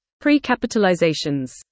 Pre-capitalizations